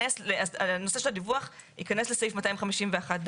הנושא של הדיווח ייכנס לסעיף 251(ד).